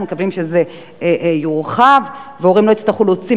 אנחנו מקווים שזה יורחב והורים לא יצטרכו להוציא